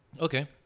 Okay